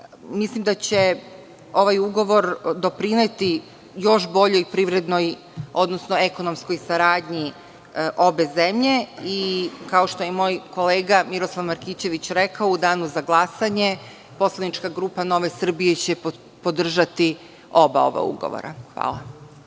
strane. Mislim da će ovaj ugovor doprineti još boljoj privrednoj, odnosno ekonomskoj saradnji obe zemlje, i kao što je moj kolega Miroslav Markićević, u danu za glasanje poslanička grupa NS će podržati oba ova ugovora. Hvala.